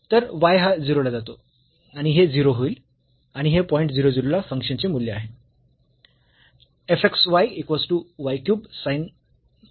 तर y हा 0 ला जातो आणि हे 0 होईल आणि हे पॉईंट 0 0 ला फंक्शन चे मूल्य आहे